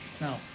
No